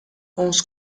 onze